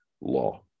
law